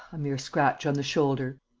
a mere scratch on the shoulder.